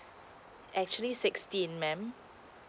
actually sixteen ma'am